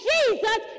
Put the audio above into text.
Jesus